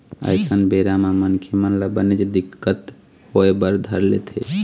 अइसन बेरा म मनखे मन ल बनेच दिक्कत होय बर धर लेथे